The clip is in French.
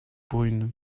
brunes